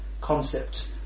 concept